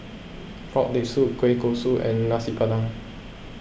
Frog Leg Soup Kueh Kosui and Nasi Padang